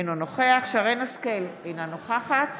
אינו נוכח שרן מרים השכל, אינה נוכחת